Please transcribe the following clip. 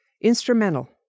instrumental